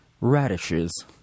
radishes